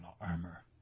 armor